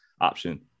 option